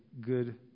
good